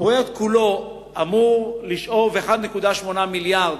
הפרויקט כולו אמור לשאוב 1.8 מיליארד